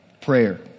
Prayer